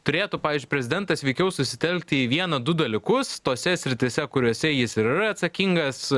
turėtų pavyzdžiui prezidentas veikiau susitelkti į vieną du dalykus tose srityse kuriose jis ir yra atsakingas